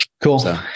Cool